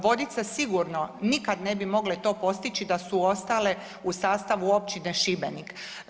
Vodice sigurno nikad ne bi mogle to postići da su ostale u sastavu općine Šibenik.